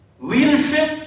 Leadership